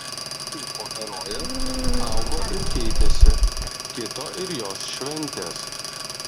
klipo herojė augo ir keitėsi kito ir jos šventės